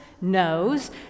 knows